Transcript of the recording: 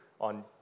on